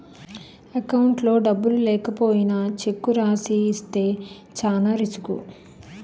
అకౌంట్లో డబ్బులు లేకపోయినా చెక్కు రాసి ఇస్తే చానా రిసుకు